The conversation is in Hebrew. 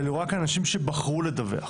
ואני רואה כאן אנשים שבחרו לדווח